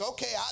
Okay